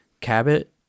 Cabot